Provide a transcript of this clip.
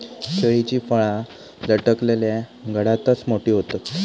केळीची फळा लटकलल्या घडातच मोठी होतत